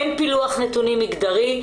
אין פילוח נתונים מגדרי,